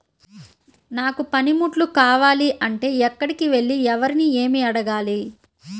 నాకు పనిముట్లు కావాలి అంటే ఎక్కడికి వెళ్లి ఎవరిని ఏమి అడగాలి?